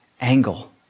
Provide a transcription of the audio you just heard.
angle